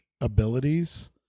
abilities